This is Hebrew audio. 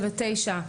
379,